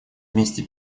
вместе